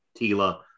tila